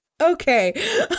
Okay